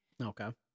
Okay